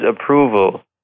approval